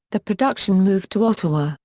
the production moved to ottawa,